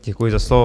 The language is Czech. Děkuji za slovo.